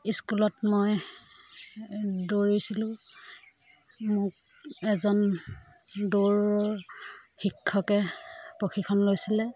স্কুলত মই দৌৰিছিলোঁ মোক এজন দৌৰৰ শিক্ষকে প্ৰশিক্ষণ লৈছিলে